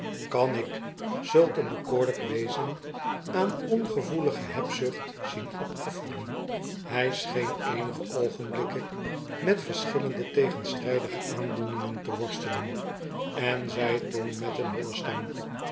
kan ik zulk een bekoorlijk wezen aan ongevoelige hebzucht zien opofferen hij scheen eenige oogenblikken met verschillende tegenstrijdige aandoeningen te worstelen en zei to en met een ho lie stem